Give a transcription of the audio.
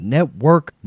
Network